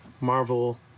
marvel